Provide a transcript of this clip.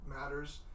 matters